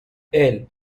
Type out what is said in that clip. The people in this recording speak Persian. البرای